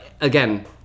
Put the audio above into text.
Again